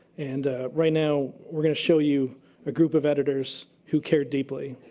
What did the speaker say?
and ah right now, we're gonna show you a group of editors who care deeply.